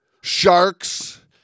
Sharks